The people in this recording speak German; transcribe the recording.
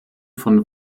von